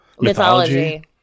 mythology